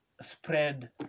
spread